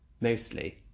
mostly